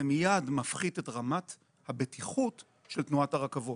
זה מיד מפחית את רמת הבטיחות של תנועת הרכבות.